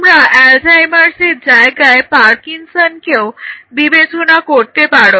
তোমরা অ্যালঝেইমার্সের জায়গায় পারকিনসনকেও Parkinsons বিবেচনা করতে পারো